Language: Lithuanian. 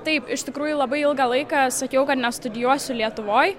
taip iš tikrųjų labai ilgą laiką sakiau kad nestudijuosiu lietuvoje